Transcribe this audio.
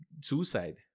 suicide